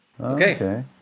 Okay